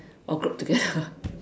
all group together